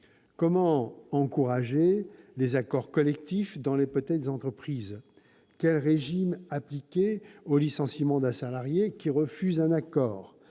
Comment encourager les accords collectifs dans les petites entreprises ? Quel régime appliquer au licenciement d'un salarié qui refuse un accord ?